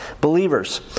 believers